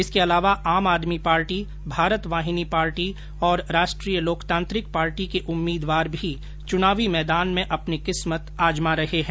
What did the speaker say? इसके अलावा Aam Aadmi party Bharat Vahini party और राष्ट्रीय लोकतांत्रिक पार्टी के उम्मीदवार भी चुनाव मैदान में अपनी किस्मत आजमा रहे हैं